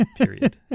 period